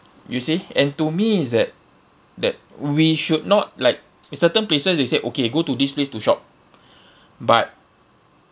you see and to me is that that we should not like in certain places they say okay go to this place to shop but